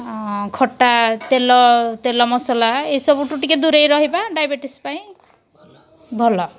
ଖଟା ତେଲ ତେଲ ମସଲା ଏସବୁଠୁ ଟିକେ ଦୂରେଇ ରହିବା ଡାଇବେଟିସ୍ ପାଇଁ ଭଲ